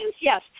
Yes